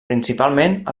principalment